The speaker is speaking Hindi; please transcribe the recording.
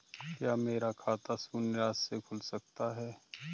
क्या मेरा खाता शून्य राशि से खुल सकता है?